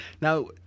Now